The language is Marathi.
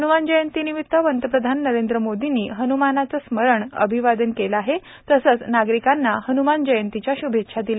हन्मान जयंती निमित्त पंतप्रधान नरेंद्र मोदींनी हन्मानाचे स्मरण अभिवादन केले तसेच नागरिकांना हन्मान जयंतीच्या श्भेच्छा दिल्या